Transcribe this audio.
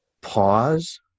pause